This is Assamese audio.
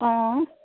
অঁ